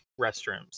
restrooms